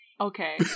Okay